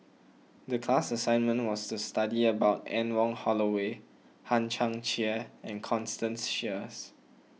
the class assignment was to study about Anne Wong Holloway Hang Chang Chieh and Constance Sheares